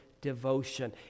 devotion